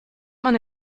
man